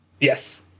Yes